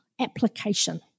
application